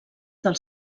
del